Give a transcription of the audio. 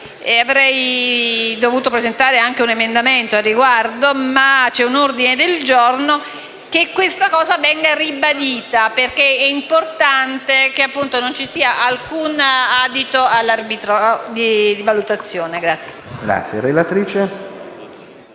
avrei dovuto presentare anche un emendamento al riguardo, ma c'è un ordine del giorno - che questa necessità venga ribadita, perché è importante che non si dia adito ad un'arbitrarietà